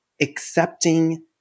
accepting